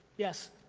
yes!